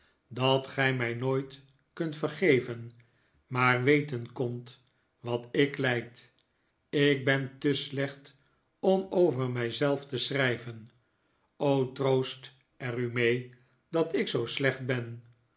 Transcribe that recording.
dat gij mij nooit kunt vergeven maar weten kondt wat ik lijd ik ben te slecht om over mij zelf te schrijven o troost er u mee dat ik zoo slecht ben